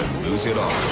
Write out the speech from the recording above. lose it all.